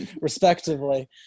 respectively